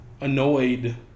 annoyed